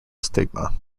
stigma